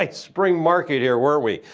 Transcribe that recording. like spring market here, weren't we?